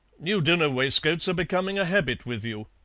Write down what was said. new dinner waistcoats are becoming a habit with you.